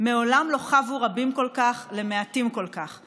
"מעולם לא חבו רבים כל כך למעטים כל כך".